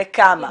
בכמה,